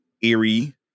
eerie